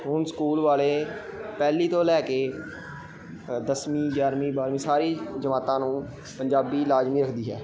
ਹੁਣ ਸਕੂਲ ਵਾਲੇ ਪਹਿਲੀ ਤੋਂ ਲੈ ਕੇ ਦਸਵੀਂ ਗਿਆਰ੍ਹਵੀਂ ਬਾਰ੍ਹਵੀਂ ਸਾਰੀ ਜਮਾਤਾਂ ਨੂੰ ਪੰਜਾਬੀ ਲਾਜ਼ਮੀ ਰੱਖਦੀ ਹੈ